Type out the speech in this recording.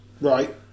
Right